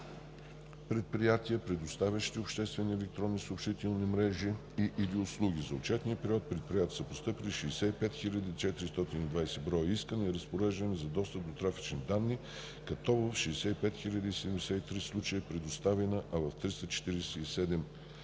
предприятия, предоставящи обществени електронни съобщителни мрежи и/или услуги. За отчетния период в предприятията са постъпили 65 420 броя искания и разпореждания за достъп до трафични данни, като в 65 073 случая е предоставена, а в 347